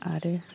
आरो